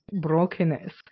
brokenness